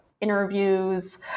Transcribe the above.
interviews